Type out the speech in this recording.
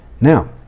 Now